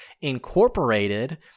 incorporated